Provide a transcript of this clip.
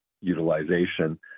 utilization